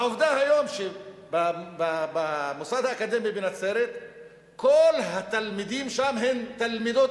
העובדה היום שבמוסד האקדמי בנצרת כל התלמידים הם תלמידות,